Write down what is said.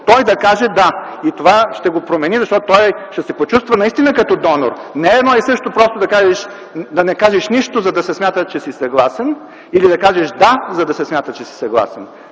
той да каже „да”. И това ще го промени, защото той ще се почувства наистина като донор. Не е едно и също просто да не кажеш нищо, за да се смята, че си съгласен, или да кажеш „да”, за да се смята, че си съгласен.